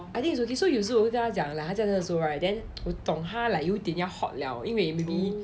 I think it's okay so 有时我会跟他讲 like 他真的这样说 right then 我懂他有一点 hot 了因为 maybe